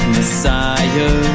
Messiah